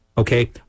Okay